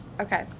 Okay